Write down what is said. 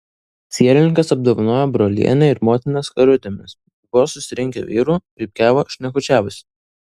sielininkas apdovanojo brolienę ir motiną skarutėmis buvo susirinkę vyrų pypkiavo šnekučiavosi